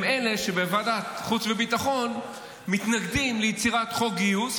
אלה שבוועדת חוץ וביטחון מתנגדים ליצירת חוק גיוס,